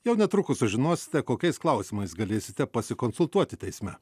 jau netrukus sužinosite kokiais klausimais galėsite pasikonsultuoti teisme